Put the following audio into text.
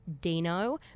Dino